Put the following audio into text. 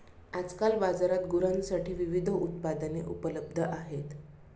आजकाल बाजारात गुरांसाठी विविध उत्पादने उपलब्ध आहेत